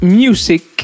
music